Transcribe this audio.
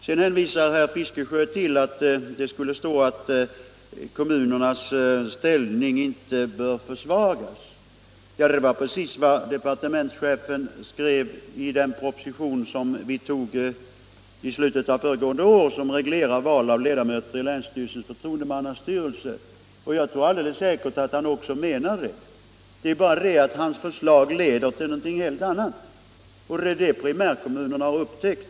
Sedan hänvisar herr Fiskesjö till att det skulle stå att kommunernas ställning inte bör försvagas. Ja, det var precis vad departementschefen skrev i den proposition som vi tog i slutet av föregående år och som reglerar val av ledamöter i länsstyrelses förtroendemannastyrelse, och jag tror alldeles säkert att han också menar det. Det är bara det att hans förslag leder till något helt annat, och det är det primärkommunerna har upptäckt.